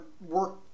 work